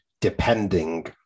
depending